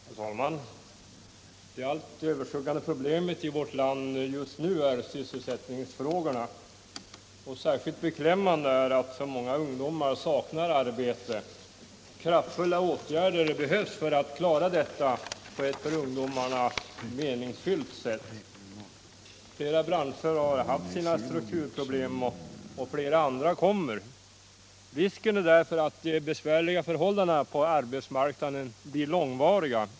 Herr talman! Det allt överskuggande problemet i vårt land just nu är sysselsättningsfrågorna. Särskilt beklämmande är att så många ungdomar saknar arbete. Kraftfulla åtgärder behövs för att klara detta på ett för ungdomarna meningsfyllt sätt. Flera branscher har haft sina strukturproblem, och flera andra kommer. Risken är därför att de besvärliga förhållandena på arbetsmarknaden blir långvariga.